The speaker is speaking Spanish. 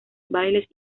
bailes